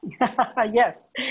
Yes